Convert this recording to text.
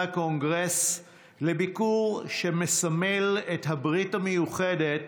הקונגרס בביקור שמסמל את הברית המיוחדת